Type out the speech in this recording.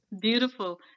Beautiful